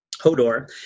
Hodor